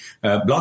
Block